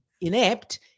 inept